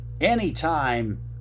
anytime